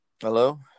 Hello